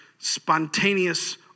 spontaneous